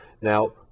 Now